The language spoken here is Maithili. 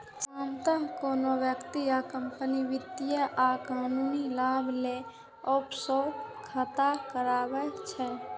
सामान्यतः कोनो व्यक्ति या कंपनी वित्तीय आ कानूनी लाभ लेल ऑफसोर खाता राखै छै